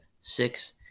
six